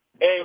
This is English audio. Hey